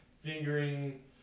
fingering